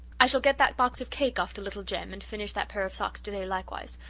i shall get that box of cake off to little jem and finish that pair of socks today likewise.